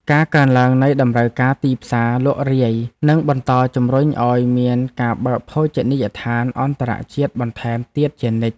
ការកើនឡើងនៃតម្រូវការទីផ្សារលក់រាយនឹងបន្តជំរុញឱ្យមានការបើកភោជនីយដ្ឋានអន្តរជាតិបន្ថែមទៀតជានិច្ច។